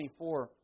24